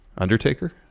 Undertaker